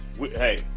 hey